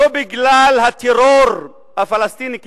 לא בגלל הטרור הפלסטיני כביכול,